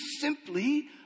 simply